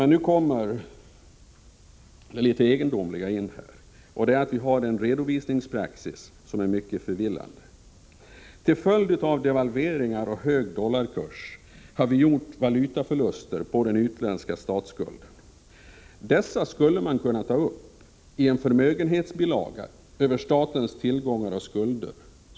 Nu kommer det litet egendomliga in i bilden: Vi har en redovisningspraxis som är mycket förvillande. Till följd av devalveringar och hög dollarkurs har vi gjort valutaförluster på den utländska statsskulden. Dessa skulle man kunna ta uppi en förmögenhetsbilaga som vi borde ha över statens tillgångar och skulder.